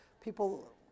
people